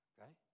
Okay